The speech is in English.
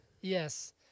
Yes